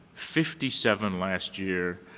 fifty seven last year,